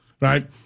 Right